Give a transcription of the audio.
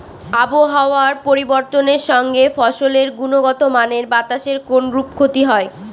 আবহাওয়ার পরিবর্তনের সঙ্গে ফসলের গুণগতমানের বাতাসের কোনরূপ ক্ষতি হয়?